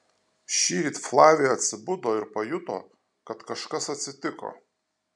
šįryt flavija atsibudo ir pajuto kad kažkas atsitiko